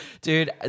Dude